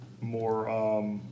more